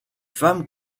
femmes